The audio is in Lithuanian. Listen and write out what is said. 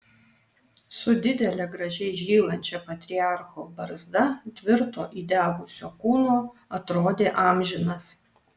su didele gražiai žylančia patriarcho barzda tvirto įdegusio kūno atrodė amžinas